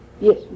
Yes